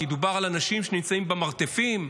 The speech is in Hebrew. כי דובר על אנשים שנמצאים במרתפים.